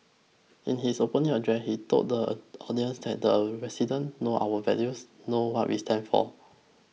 in his opening address he told the audience that the residents know our values know what we stand for